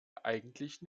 eigentlich